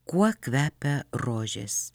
kuo kvepia rožės